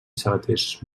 sabaters